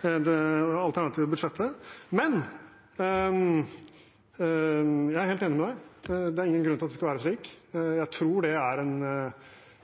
det alternative budsjettet. Jeg er helt enig med deg. Det er ingen grunn til at det skal være slik. Jeg tror det er en